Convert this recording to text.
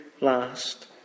last